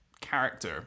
character